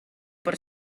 per